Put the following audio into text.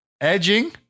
edging